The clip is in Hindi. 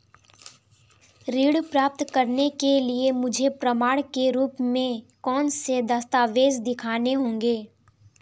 ऋण प्राप्त करने के लिए मुझे प्रमाण के रूप में कौन से दस्तावेज़ दिखाने होंगे?